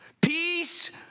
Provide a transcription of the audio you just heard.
peace